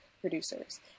producers